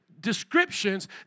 descriptions